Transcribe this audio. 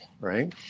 right